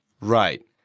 Right